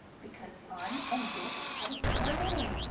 because un and dis have a similar meaning?